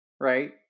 right